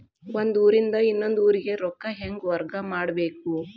ಒಂದ್ ಊರಿಂದ ಇನ್ನೊಂದ ಊರಿಗೆ ರೊಕ್ಕಾ ಹೆಂಗ್ ವರ್ಗಾ ಮಾಡ್ಬೇಕು?